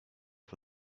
for